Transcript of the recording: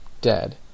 dead